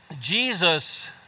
Jesus